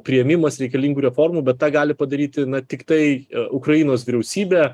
priėmimas reikalingų reformų bet tą gali padaryti tiktai ukrainos vyriausybė